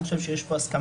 אני חושב שיש פה הסכמה,